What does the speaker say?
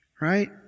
right